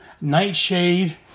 Nightshade